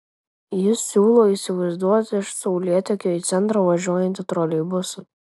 jis siūlo įsivaizduoti iš saulėtekio į centrą važiuojantį troleibusą